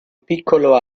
piccolo